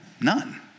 None